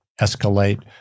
escalate